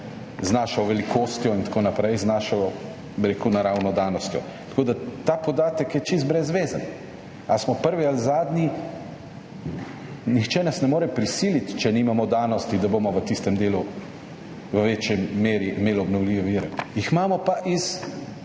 z našo velikostjo in tako naprej, z našo, bi rekel, naravno danostjo, tako da je ta podatek čisto brezvezen. Ali smo prvi ali zadnji, nihče nas ne more prisiliti, če nimamo danosti, da bomo v tistem delu imeli v večji meri obnovljive vire. Imamo pa jih